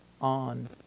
on